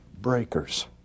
breakers